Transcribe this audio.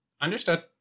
Understood